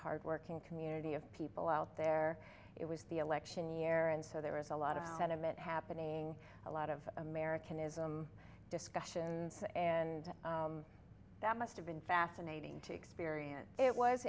hardworking community of people out there it was the election year and so there was a lot about sentiment happening a lot of american ism discussions and that must've been fascinating to experience it was